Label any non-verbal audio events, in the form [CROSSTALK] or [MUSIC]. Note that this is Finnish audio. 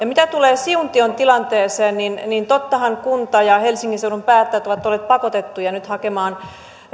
[UNINTELLIGIBLE] mitä tulee siuntion tilanteeseen niin niin tottahan kunta ja helsingin seudun päättäjät ovat olleet pakotettuja nyt hakemaan